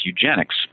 eugenics